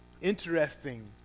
Interesting